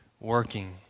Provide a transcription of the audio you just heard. working